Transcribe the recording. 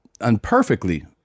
Unperfectly